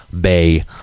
Bay